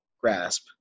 grasp